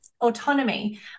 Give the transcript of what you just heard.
autonomy